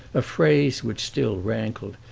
a phrase which still rankled,